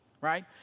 right